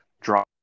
drop